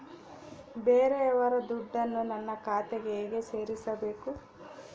ಬೇರೆಯವರ ದುಡ್ಡನ್ನು ನನ್ನ ಖಾತೆಗೆ ಹೇಗೆ ಸೇರಿಸಬೇಕು?